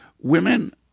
women